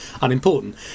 unimportant